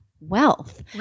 wealth